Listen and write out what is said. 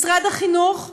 משרד החינוך אומר: